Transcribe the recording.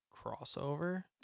crossover